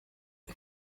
the